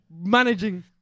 Managing